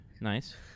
nice